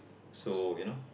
so you know